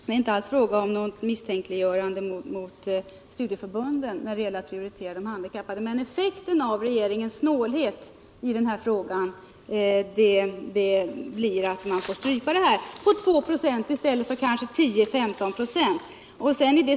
Det är inte alls fråga om något misstänkliggörande av studieförbunden , men effekten av regeringens snålhet idenna fråga blir att de måste strypa ökningen av studieverksamheten till 2 96 i stället för kanske 10-15 946.